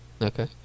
Okay